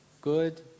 Good